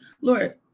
Lord